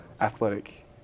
athletic